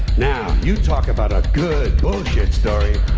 now, you talk about a good bullshit story.